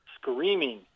screaming